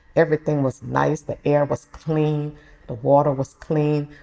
everything was nice. the air was clean. the water was clean.